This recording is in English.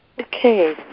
Okay